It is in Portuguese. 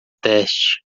teste